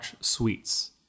Sweets